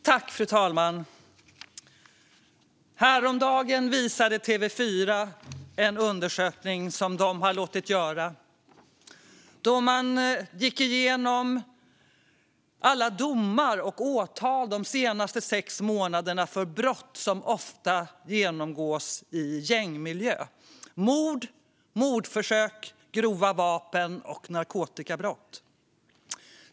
Fru talman! Häromdagen visade TV4 en undersökning som de har låtit göra. Man gick igenom alla domar och åtal de senaste sex månaderna för brott som ofta begås i gängmiljö - mord, mordförsök, grova vapen och narkotikabrott.